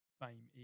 fame